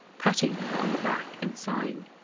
patting her on the back and sighing.